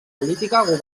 política